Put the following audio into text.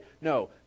No